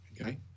okay